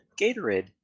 Gatorade